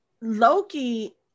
Loki